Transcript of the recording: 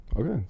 Okay